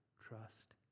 trust